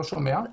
הם